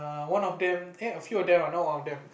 err one of them eh a few of them ah not one of them